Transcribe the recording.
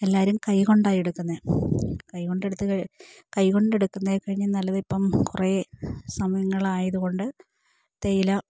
എല്ലാവരും കൈ കൊണ്ടാ എടുക്കുന്നത് കൈ കൊണ്ടെടുത്ത് കൈ കൊണ്ടെടുക്കുന്നത് കഴിഞ്ഞ് നല്ലതിപ്പം കുറേ സമയങ്ങളായതുകൊണ്ട് തേയില